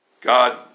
God